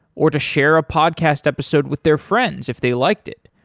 or to share a podcast episode with their friends if they liked it.